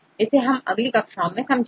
इसे हम अगली कक्षा में समझेंगे